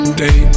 day